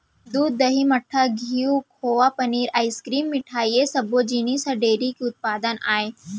दूद, दही, मठा, घींव, खोवा, पनीर, आइसकिरिम, मिठई ए सब्बो जिनिस ह डेयरी के उत्पादन आय